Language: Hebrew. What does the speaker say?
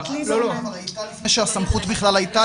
הייתה לפני שהסמכות הייתה,